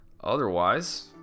Otherwise